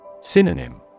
Synonym